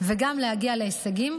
וגם להגיע להישגים.